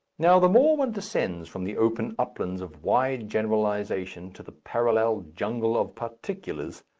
now, the more one descends from the open uplands of wide generalization to the parallel jungle of particulars,